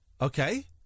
Okay